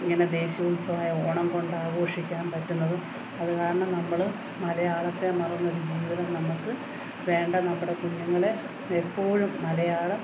ഇങ്ങനെ ദേശീയ ഉത്സവമായ ഓണം ആഘോഷിക്കാൻ പറ്റുന്നതും അത് കാരണം നമ്മൾ മലയാളത്തെ മറന്നു ഒരു ജീവിതം നമ്മൾക്ക് വേണ്ട നമ്മുടെ കുഞ്ഞുങ്ങളെ എപ്പോഴും മലയാളം